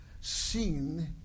seen